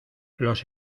los